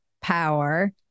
power